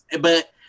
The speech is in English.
but-